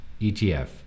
ETF